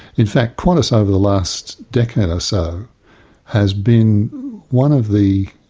in fact qantas over the last decade or so has been one of the,